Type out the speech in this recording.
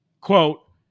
quote